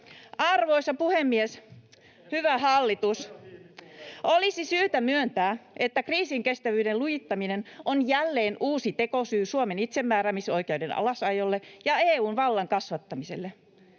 Arvoisa puhemies! Hyvä hallitus, olisi syytä myöntää, että kriisinkestävyyden lujittaminen on jälleen uusi tekosyy Suomen itsemääräämisoikeuden alasajolle ja EU:n vallan kasvattamiselle.